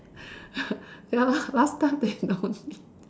ya lah last time they don't